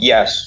Yes